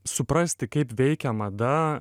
suprasti kaip veikia mada